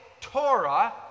Torah